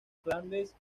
flandes